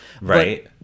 Right